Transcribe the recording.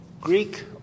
Greek